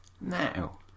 now